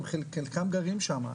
חלקם גרים שם,